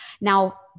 Now